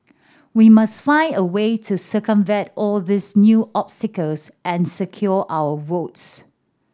we must find a way to circumvent all these new obstacles and secure our votes